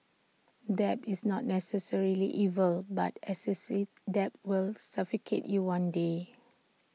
debt is not necessarily evil but excessive debts will suffocate you one day